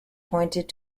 pointed